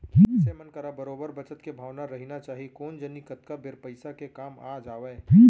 मनसे मन करा बरोबर बचत के भावना रहिना चाही कोन जनी कतका बेर पइसा के काम आ जावय